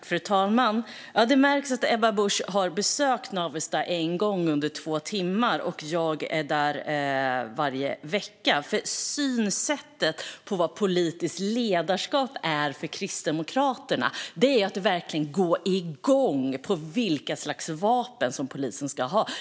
Fru talman! Det märks att Ebba Busch har besökt Navestad en gång under två timmar. Jag är där varje vecka. Synsättet på politiskt ledarskap för Kristdemokraterna är att verkligen gå igång på vilka slags vapen som polisen ska ha.